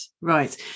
right